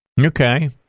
Okay